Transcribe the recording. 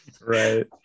Right